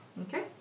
Okay